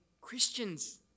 Christians